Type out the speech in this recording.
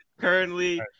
Currently